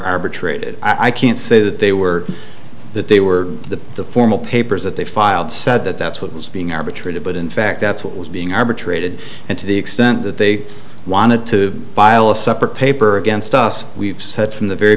arbitrated i can't say that they were that they were the formal papers that they filed said that that's what was being arbitrated but in fact that's what was being arbitrated and to the extent that they wanted to file a separate paper against us we've said from the very